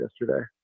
yesterday